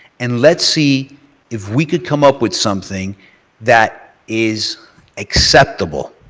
and let's see if we can come up with something that is acceptable.